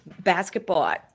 Basketball